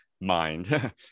mind